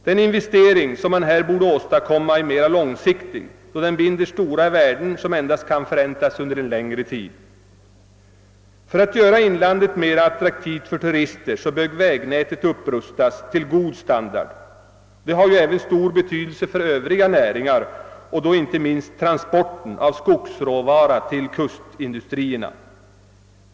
Den investering som här borde komma till stånd är mer långsiktig då den binder stora värden som endast kan förräntas under en längre tid. För att göra inlandet mer attraktivt för turister bör vägnätet upprustas till god standard. Det har även stor betydelse för övriga näringar, inte minst för transporten av skogsråvara till kustindustrierna.